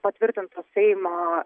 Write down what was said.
patvirtintos seimo